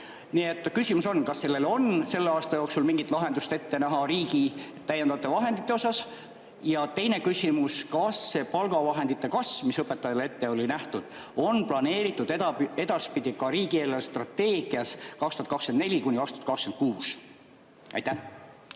küsimus on: kas sellele on selle aasta jooksul mingit lahendust ette näha riigi täiendavate vahendite osas? Ja teine küsimus: kas see palgavahendite kasv, mis õpetajatele ette oli nähtud, on planeeritud edaspidi ka riigi eelarvestrateegias 2024–2026? Tõnis